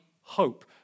hope